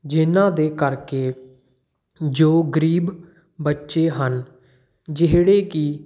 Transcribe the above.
ਜਿਹਨਾਂ ਦੇ ਕਰਕੇ ਜੋ ਗਰੀਬ ਬੱਚੇ ਹਨ ਜਿਹੜੇ ਕਿ